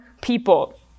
people